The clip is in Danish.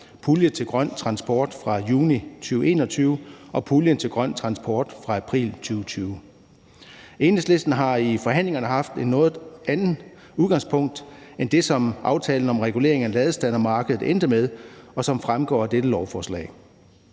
pulje til grøn transport fra juni 2021 og puljen til grøn transport fra april 2020. Enhedslisten har i forhandlingerne haft et noget andet udgangspunkt end det, som aftalen om regulering af ladestandermarkedet endte med, og som fremgår af dette lovforslag.